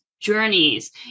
journeys